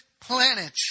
planet